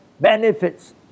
benefits